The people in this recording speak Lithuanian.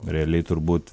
realiai turbūt